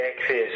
access